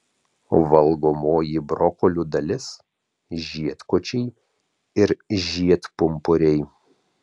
valgomoji brokolių dalis žiedkočiai ir žiedpumpuriai